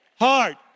Heart